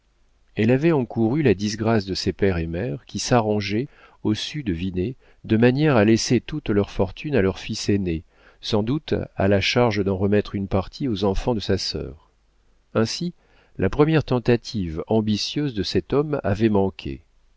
elle avait encouru la disgrâce de ses père et mère qui s'arrangeaient au su de vinet de manière à laisser toute leur fortune à leur fils aîné sans doute à la charge d'en remettre une partie aux enfants de sa sœur ainsi la première tentative ambitieuse de cet homme avait manqué